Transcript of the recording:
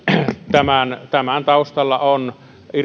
tämän tämän